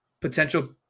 potential